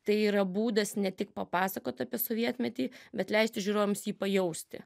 tai yra būdas ne tik papasakot apie sovietmetį bet leisti žiūrovams jį pajausti